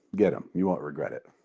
get them. you won't regret it.